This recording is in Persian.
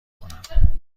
کنم